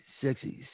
sexy